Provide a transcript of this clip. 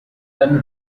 dana